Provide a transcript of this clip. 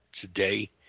today